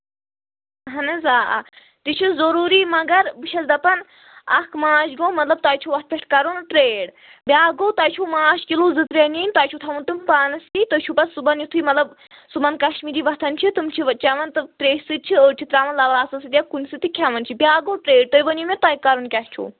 اہن حظ آ آ تہِ چھِ ضروٗری مگر بہٕ چھَس دَپان اَکھ ماچھ گوٚو مطلب تۄہہِ چھُو اَتھ پٮ۪ٹھ کَرُن ٹرٛیڈ بیٛاکھ گوٚو تۄہہِ چھُو ماچھ کِلوٗ زٕ ترٛےٚ نِنۍ تۄہہِ چھُو تھاوُن تِم پانَسٕے تُہۍ چھُو پَتہٕ صُبَن یُتھُے مطلب صُبحن کَشمیٖری وۄتھان چھِ تٕم چھِ چٮ۪وَان تہٕ ترٛیشہِ سۭتۍ چھِ أڑۍ چھِ ترٛاوَان لولاسَس سۭتۍ یا کُنہِ سۭتۍ تہِ کھٮ۪وَان چھِ بیٛاکھ گوٚو ٹرٛیڈ تُہۍ ؤنِو مےٚ تۄہہِ کَرُن کیٛاہ چھُو